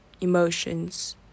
emotions